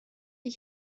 die